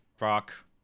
rock